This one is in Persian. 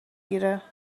گیره